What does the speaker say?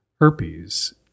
herpes